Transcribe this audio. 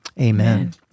Amen